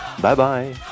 Bye-bye